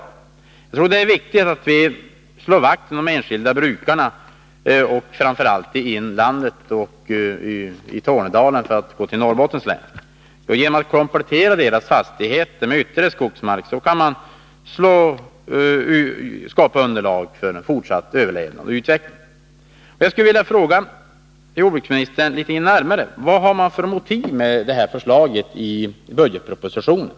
Det är viktigt att vi slår vakt om de enskilda brukarna, framför allt i inlandet och i Tornedalen, för att nu hålla oss till Norrbottens län. Genom att komplettera fastigheterna med ytterligare skogsmark kan brukarna skapa underlag för fortsatt överlevnad och utveckling. Jag skulle vilja fråga jordbruksministern litet närmare: Vad har man för motiv med detta förslag i budgetpropositionen?